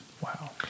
Wow